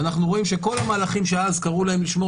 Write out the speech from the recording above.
ואנחנו רואים שכל המהלכים שאז קראו להם "לשמור